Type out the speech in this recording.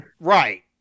Right